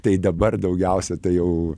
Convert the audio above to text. tai dabar daugiausia tai jau